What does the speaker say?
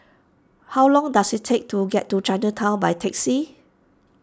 how long does it take to get to Chinatown by taxi